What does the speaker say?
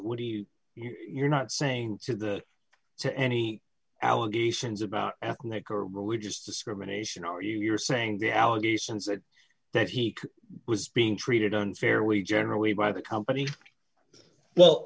would you you're not saying to the to any allegations about ethnic or religious discrimination or you're saying the allegations that that he was being treated unfairly generally by the company well